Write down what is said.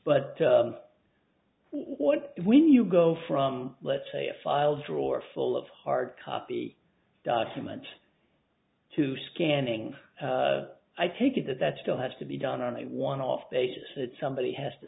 but what when you go from let's say a file drawer full of hard copy documents to scanning i take it that that still has to be done on a one off basis that somebody has to